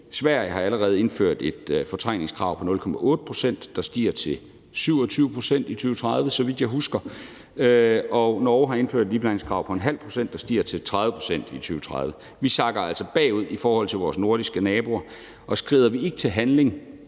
Sverige har allerede indført et fortrængningskrav på 0,8 pct., der stiger til 27 pct. i 2030, så vidt jeg husker, og Norge har indført et iblandingskrav på 0,5 pct., der stiger til 30 pct. i 2030. Vi sakker altså bagud i forhold til vores nordiske naboer, og skrider vi ikke til handling